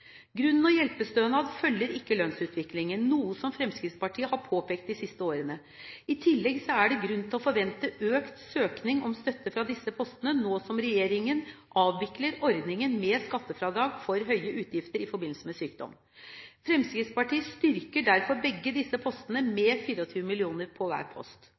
Grunn- og hjelpestønad følger ikke lønnsutviklingen, noe som Fremskrittspartiet har påpekt de siste årene. I tillegg er det grunn til å forvente økt søkning om støtte fra disse postene nå som regjeringen avvikler ordningen med skattefradrag for høye utgifter i forbindelse med sykdom. Fremskrittspartiet styrker derfor begge disse postene med 24 mill. kr på hver post.